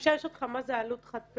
אפשר לשאול אותך מה זה עלות חד-פעמית?